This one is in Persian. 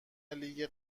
لیگ